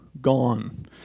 gone